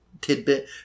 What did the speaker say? tidbit